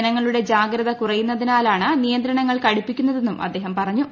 ജനങ്ങളുടെ ജാഗ്രത കുറയുന്നതിനാലാണ് നിയന്ത്രണങ്ങൾ കടുപ്പിക്കുന്നതെന്നും അദ്ദേഹം പറഞ്ഞു